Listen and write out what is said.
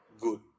good